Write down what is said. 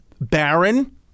Baron